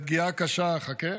-- לפגיעה הקשה, חכה,